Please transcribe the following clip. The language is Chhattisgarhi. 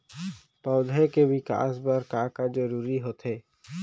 पौधे के विकास बर का का जरूरी होथे?